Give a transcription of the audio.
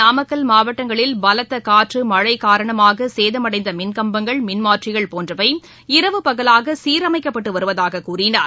நாமக்கல் மாவட்டங்களில் பலத்த காற்று மழை காரணமாக சேதமடைந்த மின் கம்பங்கள் மின்மாற்றிகள் போன்றவை இரவு பகலாக சீரமைக்கப்பட்டு வருவதாக கூறினார்